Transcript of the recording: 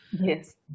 Yes